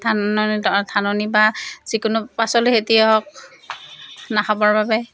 ধাননিডৰা ধাননি বা যিকোনো পাচলি খেতিয়ে হওক নাখাবৰ বাবে